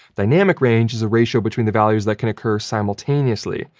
dynamic range is a ratio between the values that can occur simultaneously.